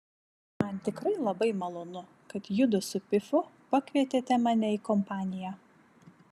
man tikrai labai malonu kad judu su pifu pakvietėte mane į kompaniją